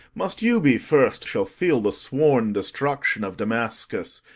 must you be first shall feel the sworn destruction of damascus?